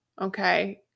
Okay